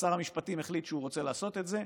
שר המשפטים החליט שהוא רוצה לעשות את זה,